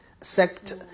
sect